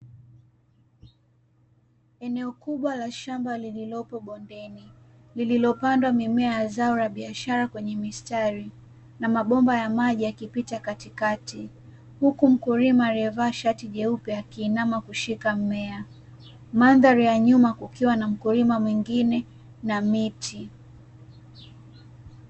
Eneo kubwa la shamba lililopo bondeni, lililopandwa mimea ya zao la biashara kwenye mistari, na mabomba ya maji yakipita katikati. Huku mkulima aliyevaa shati jeupe akiinama kushika mimea. Mandhari ya nyuma kukiwa na mkulima mwingine na miti.